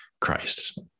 Christ